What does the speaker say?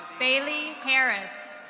bailey harris.